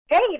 Hey